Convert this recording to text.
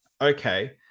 okay